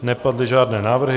Nepadly žádné návrhy.